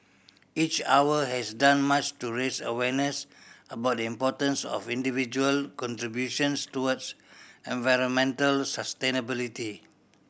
each Hour has done much to raise awareness about the importance of individual contributions towards environmental sustainability